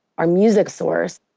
our music source,